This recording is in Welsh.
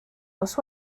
nos